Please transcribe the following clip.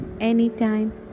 anytime